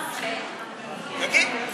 תגיד.